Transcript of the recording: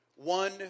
One